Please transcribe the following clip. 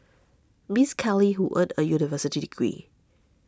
Miss Keller who earned a university degree